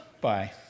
Bye